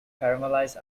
caramelized